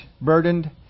burdened